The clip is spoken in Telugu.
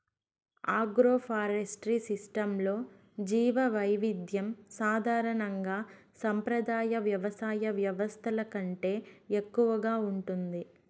ఆగ్రోఫారెస్ట్రీ సిస్టమ్స్లో జీవవైవిధ్యం సాధారణంగా సంప్రదాయ వ్యవసాయ వ్యవస్థల కంటే ఎక్కువగా ఉంటుంది